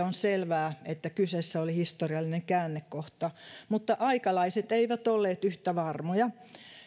on selvää että kyseessä oli historiallinen käännekohta mutta aikalaiset eivät olleet yhtä varmoja